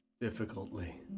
Difficultly